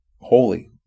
holy